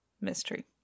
mystery